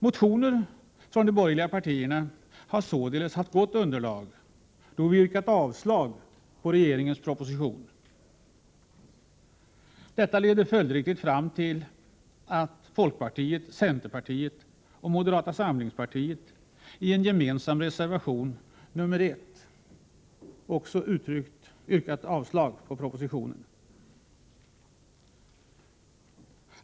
Motionerna från de borgerliga partierna har således haft gott underlag då vi har yrkat avslag på regeringens proposition. Detta leder följdriktigt fram till att folkpartiet, centerpartiet och moderata samlingspartiet i en gemensam reservation, reservation nr 1, också har yrkat avslag på propositionen.